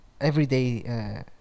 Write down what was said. everyday